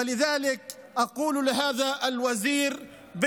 ולכן אני אומר לשר הזה,